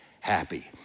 happy